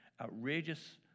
outrageous